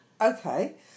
Okay